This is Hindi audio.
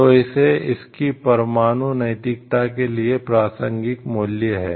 तो ये इसकी परमाणु नैतिकता के लिए प्रासंगिक मूल्य हैं